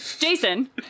Jason